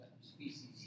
species